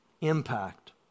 impact